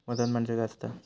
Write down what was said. वजन म्हणजे काय असता?